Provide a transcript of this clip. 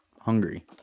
hungry